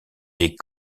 est